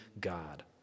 God